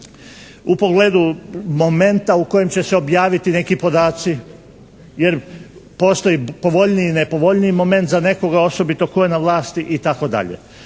u pogledu momenta u kojem će se objaviti neki podaci. Jer postoji povoljniji, nepovoljniji moment za nekoga, osobito tko je na vlasti itd.